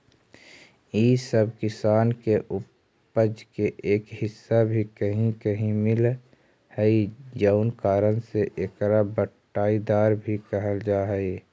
इ सब किसान के उपज के एक हिस्सा भी कहीं कहीं मिलऽ हइ जउन कारण से एकरा बँटाईदार भी कहल जा हइ